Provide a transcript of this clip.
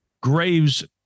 graves